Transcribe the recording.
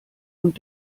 und